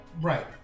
Right